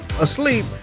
asleep